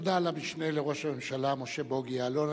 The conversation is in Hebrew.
תודה למשנה לראש הממשלה משה בוגי יעלון.